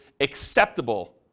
acceptable